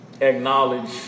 acknowledge